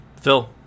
Phil